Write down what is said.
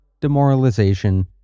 demoralization